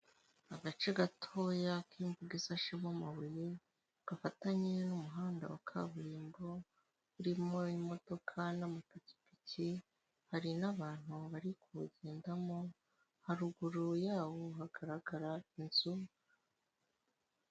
Agace gatoya k'imbuga isashemo amabuye gafatanye n'umuhanda wa kaburimbo urimo imodoka n'amapikipiki hari n'abantu bari kuwugendamo haruguru yawo hagaragara inzu.